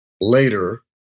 later